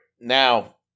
now